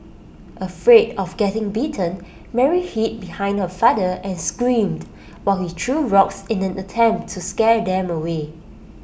afraid of getting bitten Mary hid behind her father and screamed while he threw rocks in an attempt to scare them away